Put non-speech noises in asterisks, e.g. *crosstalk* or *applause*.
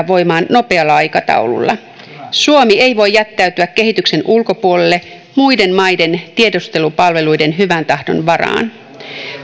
*unintelligible* voimaan nopealla aikataululla suomi ei voi jättäytyä kehityksen ulkopuolelle muiden maiden tiedustelupalveluiden hyvän tahdon varaan